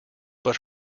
but